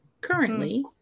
currently